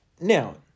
Now